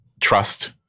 trust